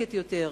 נזקקת יותר,